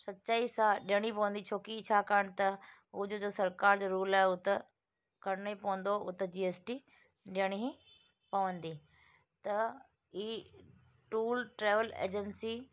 सच्चाई सां ॾियणी पवंदी छो की छाकाणि त ओ जो जो सरकारि जो रुल आहे उहो त करिणो ई पवंदो उहो त जी एस टी ॾियणी ई पवंदी त ई टूल ट्रावेल एजंसी